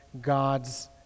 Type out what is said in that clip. God's